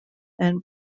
and